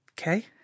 Okay